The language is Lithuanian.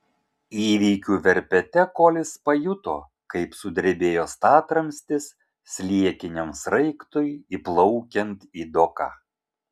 įvykių verpete kolis pajuto kaip sudrebėjo statramstis sliekiniam sraigtui įplaukiant į doką